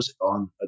on